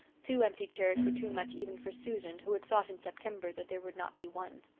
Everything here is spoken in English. two empty chairs were too much even for susan who had thought in september that there would not be one.